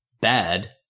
bad